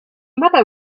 matter